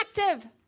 active